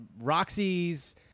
Roxy's